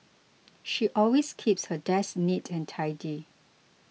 she always keeps her desk neat and tidy